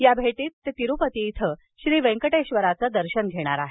या भेटीत ते तिरुपती इथं श्री वेंकटेश्वराचं दर्शन घेणार आहेत